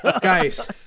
guys